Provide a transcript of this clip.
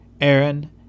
Aaron